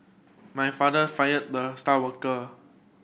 my father fired the star worker